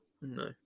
No